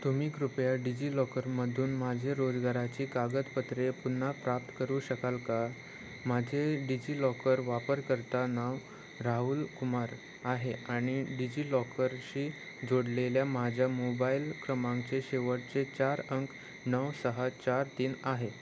तुम्ही कृपया डिजिलॉकरमधून माझे रोजगाराची कागदपत्रे पुन्हा प्राप्त करू शकाल का माझे डिजिलॉकर वापरकर्ता नाव राहुल कुमार आहे आणि डिजिलॉकरशी जोडलेल्या माझ्या मोबाईल क्रमांकाचे शेवटचे चार अंक नऊ सहा चार तीन आहे